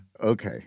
Okay